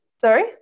sorry